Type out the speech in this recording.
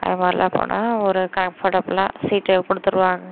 அது மாதிரிலாம் போனால் ஒரு கம்ஃபர்ட்டபுளாக சீட்டு கொடுத்துருவாங்க